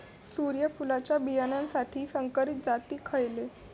सूर्यफुलाच्या बियानासाठी संकरित जाती खयले?